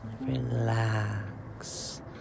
Relax